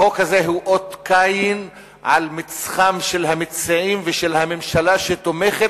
החוק הזה הוא אות קין על מצחם של המציעים ושל הממשלה שתומכת,